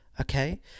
Okay